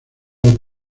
royal